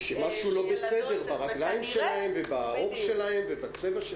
ושמשהו לא בסדר ברגליים שלהן ובעור שלהן ובצבע שלהן.